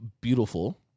beautiful